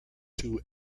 two